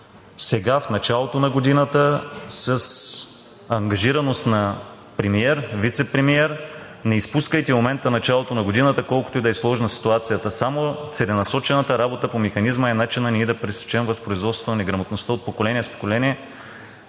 …сега, в началото на годината с ангажираност на премиер, вицепремиер не изпускайте момента началото на годината, колкото и да е сложна ситуацията. Само целенасочената работа по Механизма е начинът ние да пресечем възпроизводството на неграмотността от поколение в поколение,